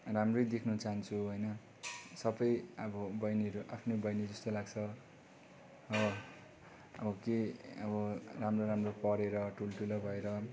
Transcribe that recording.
राम्रै देख्नु चाहुन्छु होइन सबै अब बहिनीहरू आफ्नै बहिनीहरू जस्तो लाग्छ हो अब के अब राम्रो राम्रो पढेर ठुलठुलो भएर